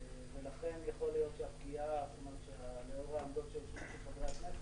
ולכן יכול להיות שלאור העמדות שהשמיעו פה חברי הכנסת,